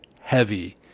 heavy